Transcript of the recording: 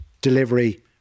delivery